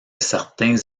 certains